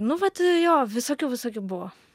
nu vat jo visokių visokių buvo